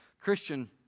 Christian